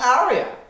area